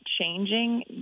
changing